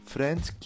Friends